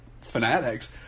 fanatics